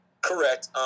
Correct